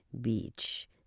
beach